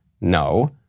No